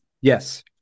Yes